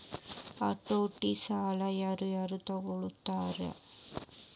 ಹತೋಟಿ ಸಾಲಾ ಯಾರ್ ಯಾರ್ ತಗೊತಾರ?